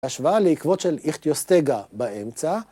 השוואה לעקבות של איכטיוסטגה באמצע.